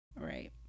Right